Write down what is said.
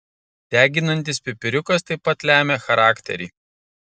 deginantis pipiriukas taip pat lemia charakterį